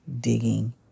digging